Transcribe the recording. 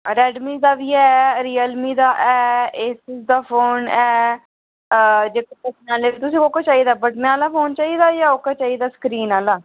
Redmi दा बी ऐ रियलमी दा बी ऐ ऐसिस दा फोन ऐ जेहका तुसे चाहिदा तुसें गी कोह्का चाहिदा बटने आह्ला फोन चाहिदा जां ओह्का चाहिदा सक्रीन आह्ला